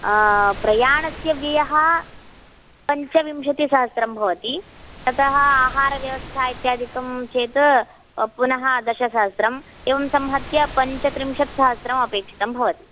प्रयाणस्य व्ययः पञ्चविंशतिसहस्रं भवति ततः आहरव्यवस्था इत्यादिकं चेत् पुनः दशसहस्रम् एवं संहत्य पञ्चत्रिंशत् सहस्रम् अपेक्षितं भवति